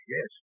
Yes